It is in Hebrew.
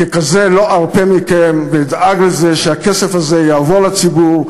ככזה לא ארפה מכם ואדאג לזה שהכסף הזה יעבור לציבור,